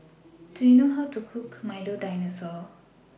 Do YOU know How to Cook Milo Dinosaur